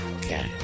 Okay